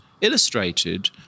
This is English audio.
illustrated